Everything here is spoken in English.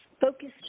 focused